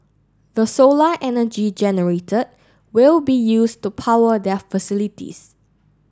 the solar energy generated will be used to power their facilities